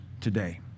today